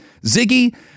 Ziggy